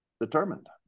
determined